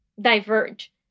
diverge